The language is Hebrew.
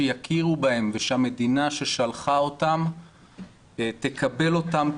שיכירו בהם ושהמדינה ששלחה אותם תקבל אותם,